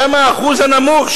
שם האחוז הנמוך,